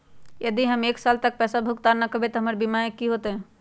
यदि हम एक साल तक पैसा भुगतान न कवै त हमर बीमा के की होतै?